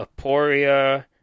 Aporia